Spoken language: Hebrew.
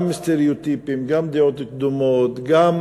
גם, סטריאוטיפים, גם דעות קדומות, גם